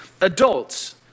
adults